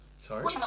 sorry